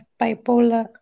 bipolar